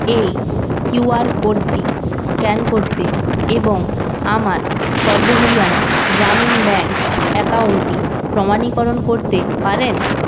এই কিউআর কোডটি স্ক্যান করতে এবং আমার সর্বহরিয়ানা গ্রামীণ ব্যাঙ্ক অ্যাকাউন্টটি প্রমাণীকরণ করতে পারেন